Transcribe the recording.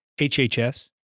HHS